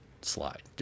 slide